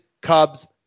Cubs